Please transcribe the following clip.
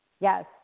Yes